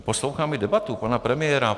Poslouchám i debatu pana premiéra.